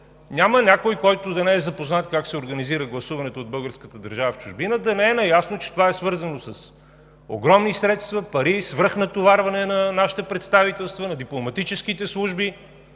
Няма някой, който да не е запознат как се организира гласуването от българската държава в чужбина и да не е наясно, че това е свързано с огромни средства, пари, свръхнатоварване на нашите представителства, на дипломатическите служби.